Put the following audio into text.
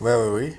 where were we